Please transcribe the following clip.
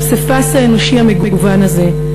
הפסיפס האנושי המגוון הזה,